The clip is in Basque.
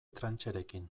trancherekin